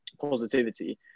positivity